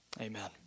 Amen